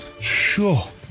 Sure